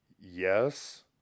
yes